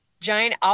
giant